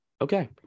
Okay